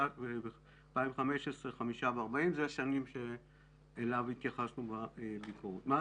ובשנת 2015 היו לנו חמישה הרוגים ו-40 פצועים.